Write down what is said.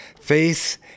faith